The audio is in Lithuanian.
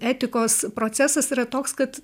etikos procesas yra toks kad